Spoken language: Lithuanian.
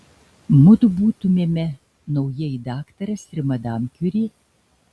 mudu būtumėme naujieji daktaras ir madam kiuri